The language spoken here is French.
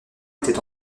était